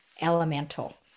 elemental